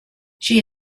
she